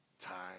time